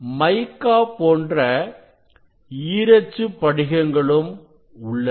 மைக்கா போன்ற ஈரச்சுப் படிகங்களும் உள்ளன